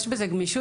יש בזה גמישות,